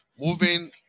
moving